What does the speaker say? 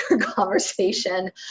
conversation